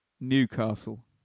Newcastle